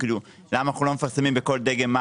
כאילו למה אנחנו לא מפרסמים בכל דגם מה